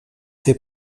s’est